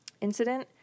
incident